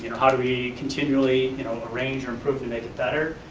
how do we continually you know arrange or improve to make it better,